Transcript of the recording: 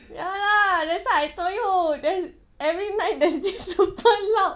ya lah that's why I told you then every night there's this super loud